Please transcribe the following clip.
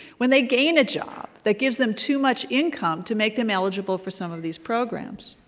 when they gain a job that gives them too much income to make them eligible for some of these programs.